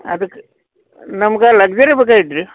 ಅದಕ್ಕೆ ನಮ್ಗೆ ಲಕ್ಸುರಿ ಬೇಕಾಗಿತ್ ರೀ